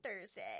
Thursday